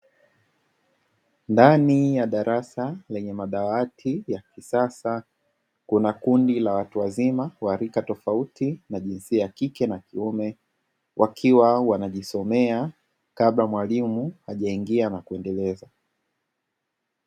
Ndani ya darasa lenye madawati ya kisasa kuna kundi la watu wa zima wa rika tofauti na jinsia ya kike na kiume wakiwa wanajisomea kabla mwalimu hajaingia na kuendeleza.